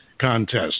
contest